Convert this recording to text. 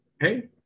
hey